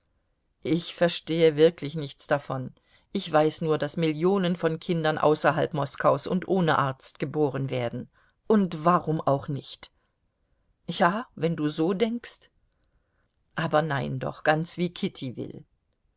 ich verstehe wirklich nichts davon ich weiß nur daß millionen von kindern außerhalb moskaus und ohne arzt geboren werden und warum auch nicht ja wenn du so denkst aber nein doch ganz wie kitty will